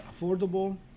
affordable